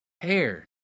hair